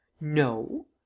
No